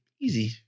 Easy